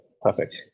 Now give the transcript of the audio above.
Perfect